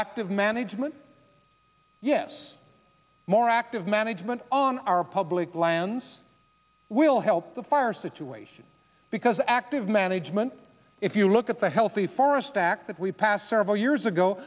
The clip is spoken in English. active management yes more active management on our public lands will help the fire situation because active management if you look at the healthy forest act that we passed several years ago